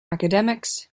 academics